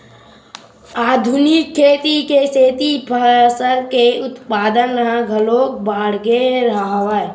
आधुनिक खेती के सेती फसल के उत्पादन ह घलोक बाड़गे हवय